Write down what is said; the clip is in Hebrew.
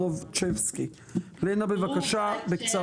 לנה בבקשה.